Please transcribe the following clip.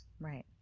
Right